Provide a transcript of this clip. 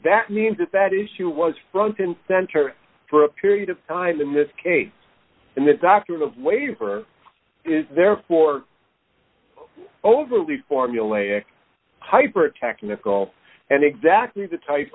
that means that that issue was front and center for a period of time in this case and the doctrine of waiver is therefore overly formulaic hypertechnical and exactly the type